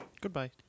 Goodbye